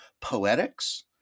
poetics